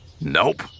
Nope